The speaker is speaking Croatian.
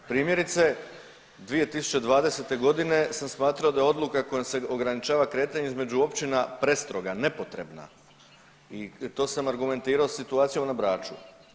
Primjerice 2020. godine sam smatrao da se odluka kojom se ograničava kretanje između općina prestroga, nepotrebna i to sam argumentirao situacijom na Braču.